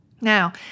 Now